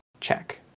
check